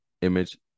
image